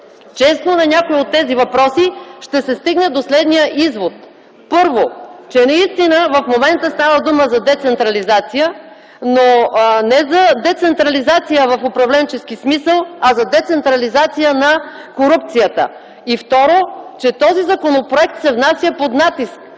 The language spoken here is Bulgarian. честно на някои от тези въпроси, ще се стигне до следния извод. Първо, че наистина в момента става дума за децентрализация, но не за децентрализация в управленчески смисъл, а за децентрализация на корупцията. И второ, че този законопроект се внася под натиск